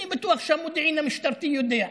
אני בטוח שהמודיעין המשטרתי יודע,